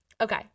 okay